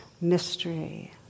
mystery